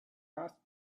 asked